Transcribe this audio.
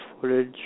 footage